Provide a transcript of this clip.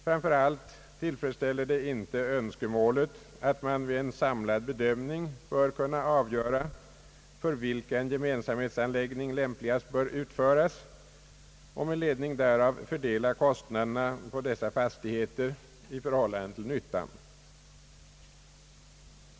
Framför allt tillfredsställer detta institut inte önskemålet att man med en samlad bedömning bör kunna avgöra för vilka en gemensamhetsanläggning lämpligast bör utföras och med ledning därav fördela kostnaderna på dessa fastigheter i förhållande till nyttan.